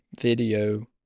video